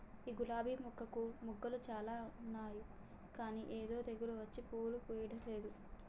ఈ గులాబీ మొక్కకు మొగ్గలు చాల ఉన్నాయి కానీ ఏదో తెగులు వచ్చి పూలు పూయడంలేదు